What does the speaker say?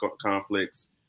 conflicts